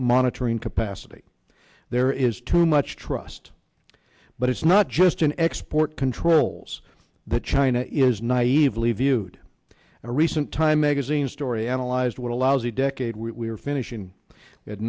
monitoring capacity there is too much trust but it's not just an export controls that china is naive leave you to a recent time magazine story analyzed what a lousy decade we were finishing at